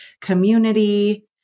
community